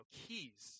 keys